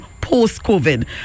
post-COVID